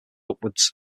upwards